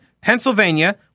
Pennsylvania